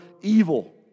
evil